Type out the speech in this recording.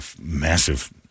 Massive